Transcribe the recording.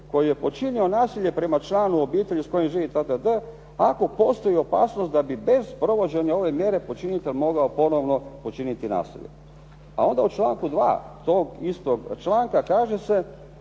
koji je počinio nasilje prema članu obitelji s kojim živi itd., ako postoji opasnost da bi bez provođenja ove mjere počinitelj mogao ponovno počiniti nasilje. A onda u članku 2. tog istog članka kaže se